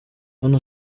hano